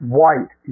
white